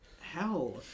hell